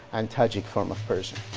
and tajik form of persian.